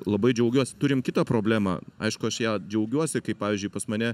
labai džiaugiuos turim kitą problemą aišku aš ja džiaugiuosi kai pavyzdžiui pas mane